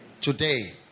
today